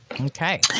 Okay